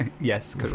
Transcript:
yes